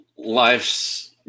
life's